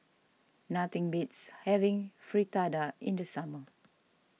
nothing beats having Fritada in the summer